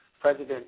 president